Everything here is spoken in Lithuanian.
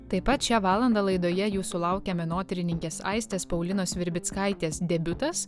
taip pat šią valandą laidoje jūsų laukia menotyrininkės aistės paulinos virbickaitės debiutas